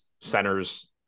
centers